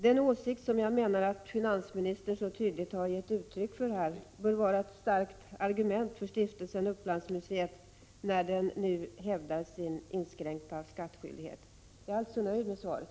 Den åsikt som jag menar att finansministern så tydligt gett uttryck för bör vara ett starkt argument för Stiftelsen Upplandsmuseet när den hävdar inskränkt skattskyldighet. Jag är alltså nöjd med svaret.